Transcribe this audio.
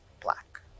black